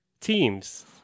teams